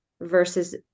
versus